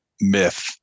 Myth